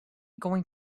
going